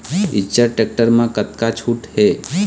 Eicher tractor म कतका छूट हे?